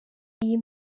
iyi